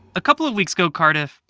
a couple of weeks ago, cardiff,